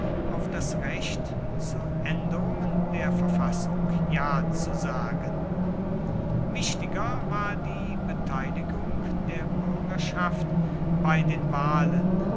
auf das recht zu änderungen der verfassung ja zu sagen wichtiger war die beteiligung der bürgerschaft bei den wahlen